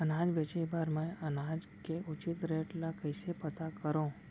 अनाज बेचे बर मैं अनाज के उचित रेट ल कइसे पता करो?